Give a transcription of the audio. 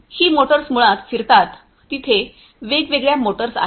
ही motors मुळात फिरतात तिथे वेगवेगळ्या मोटर्स आहेत